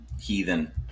Heathen